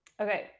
Okay